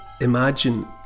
imagine